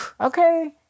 Okay